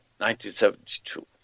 1972